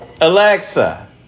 Alexa